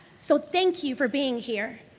so thank you for being here.